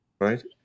right